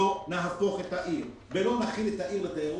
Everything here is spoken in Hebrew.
לא נהפוך את העיר ולא נכין את העיר לתיירות,